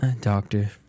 Doctor